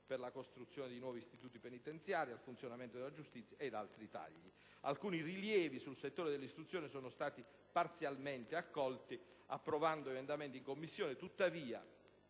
per la costruzione di nuovi istituti penitenziari, al funzionamento della giustizia, per citarne alcuni. Alcuni rilievi sul settore dell'istruzione sono stati parzialmente accolti approvando emendamenti in Commissione.